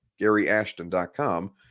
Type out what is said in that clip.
GaryAshton.com